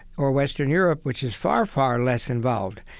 or western europe, which is far, far less involved.